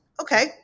Okay